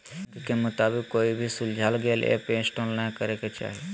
bank के मुताबिक, कोई भी सुझाल गेल ऐप के इंस्टॉल नै करे के चाही